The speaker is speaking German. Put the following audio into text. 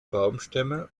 baumstämme